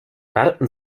warten